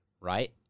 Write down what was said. right